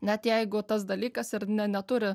net jeigu tas dalykas ir ne neturi